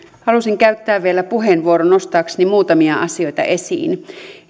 halusin käyttää vielä puheenvuoron nostaakseni muutamia asioita esiin